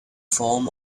form